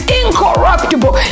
incorruptible